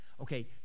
Okay